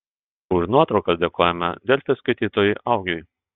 už nuotraukas dėkojame delfi skaitytojui augiui